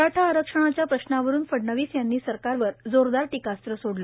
मराठा आरक्षणाच्या प्रश्नावरुन फडनवीस यांनी सरकारवर जोरदार टीकास्त्र सोडलं